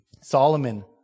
Solomon